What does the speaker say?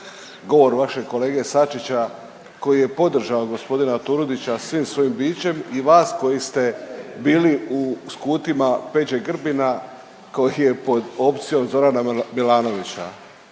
govor vašeg kolege Sačića koji je podržao g. Turudića svim svojim bićem i vas koji ste bili u skutima Peđe Grbina koji je pod opcijom Zorana Milanovića.